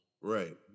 Right